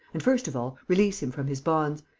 and, first of all, release him from his bonds.